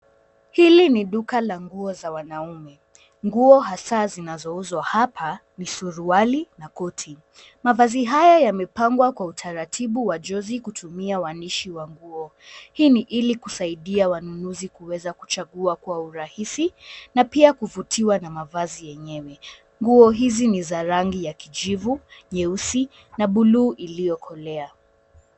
Hili ni duka la nguo za wanaume. Nguo hasa zinazouzwa hapa ni suruali na koti. Mavazi haya yamepangwa kwa utaratibu wa jozi kutumia uanishi wa nguo. Hii ni hili kusaidia wanunuzi kuweza kuchagua kwa urahisi na pia kuvutiwa na mavazi yenyewe. Nguo hizi ni za rangi ya kijivu, nyeusi na buluu iliyokolea.